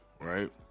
right